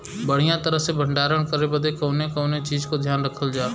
बढ़ियां तरह से भण्डारण करे बदे कवने कवने चीज़ को ध्यान रखल जा?